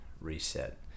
reset